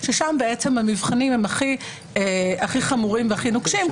ששם המבחנים הם הכי חמורים והכי נוקשים,